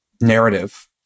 narrative